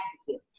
execute